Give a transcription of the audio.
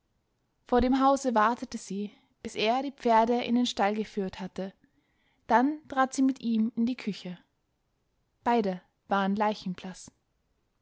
vor dem hause wartete sie bis er die pferde in den stall geführt hatte dann trat sie mit ihm in die küche beide waren leichenblaß